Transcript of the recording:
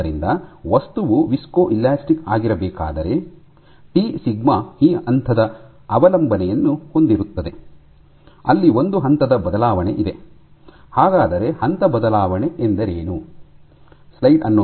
ಆದ್ದರಿಂದ ವಸ್ತುವು ವಿಸ್ಕೊಲಾಸ್ಟಿಕ್ ಆಗಿರಬೇಕಾದರೆ ಟಿ ಸಿಗ್ಮಾ ಈ ಹಂತದ ಅವಲಂಬನೆಯನ್ನು ಹೊಂದಿರುತ್ತದೆ ಅಲ್ಲಿ ಒಂದು ಹಂತದ ಬದಲಾವಣೆಯಿದೆ ಹಾಗಾದರೆ ಹಂತ ಬದಲಾವಣೆ ಎಂದರೇನು